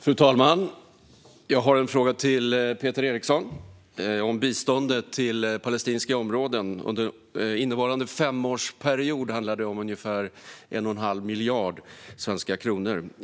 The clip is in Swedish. Fru talman! Jag har en fråga till Peter Eriksson om biståndet till palestinska områden. Under innevarande femårsperiod handlar det om ungefär 1 1⁄2 miljard svenska kronor.